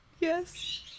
Yes